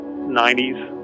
90s